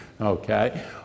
Okay